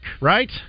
right